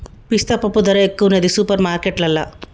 పిస్తా పప్పు ధర ఎక్కువున్నది సూపర్ మార్కెట్లల్లా